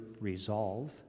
resolve